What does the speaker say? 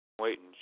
Waiting